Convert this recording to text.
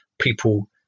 people